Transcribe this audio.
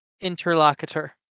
interlocutor